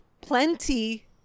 plenty